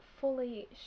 fully